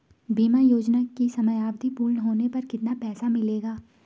बीमा योजना की समयावधि पूर्ण होने पर कितना पैसा मिलेगा?